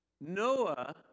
Noah